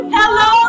Hello